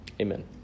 Amen